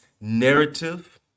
narrative